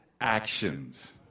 actions